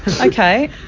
Okay